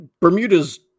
Bermuda's